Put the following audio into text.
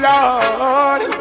Lord